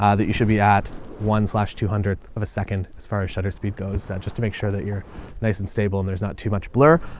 ah that you should be at one slash two hundred of a second as far as shutter speed goes. so just to make sure that you're nice and stable and there's not too much blur.